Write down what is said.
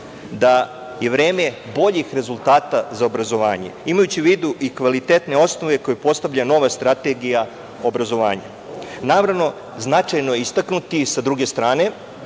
da je vreme boljih rezultata za obrazovanje, imajući u vidu i kvalitetne osnove koje postavlja nova strategija obrazovanja. Naravno, značajno je istaknuti sa druge strane